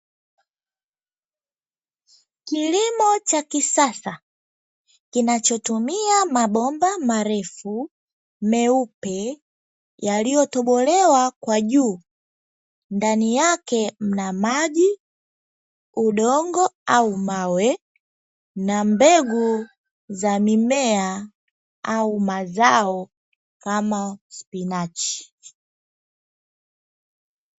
Kilimo cha kisasa, kinachotumia mabomba marefu, meupe yaliyotobolewa kwa juu, ndani yake mna maji, udongo au mawe na mbegu za mimea au mazao kama spinachi.